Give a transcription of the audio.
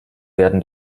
werden